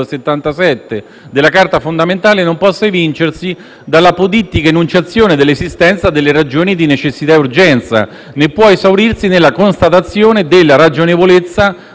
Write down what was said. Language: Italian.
della Carta fondamentale non può evincersi «dall'apodittica enunciazione dell'esistenza delle ragioni di necessità e urgenza, né può esaurirsi nella constatazione della ragionevolezza